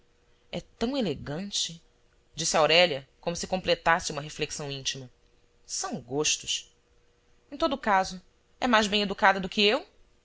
é tão elegante disse aurélia como se completasse uma reflexão íntima são gostos em todo o caso é mais bem educada do que eu